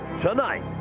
Tonight